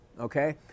Okay